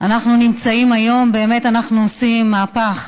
אנחנו נמצאים היום, באמת אנחנו עושים מהפך,